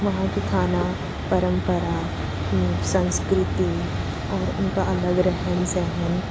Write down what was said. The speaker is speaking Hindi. वहाँ के खाना परंपरा संस्कृति और उनका अलग रहन सहन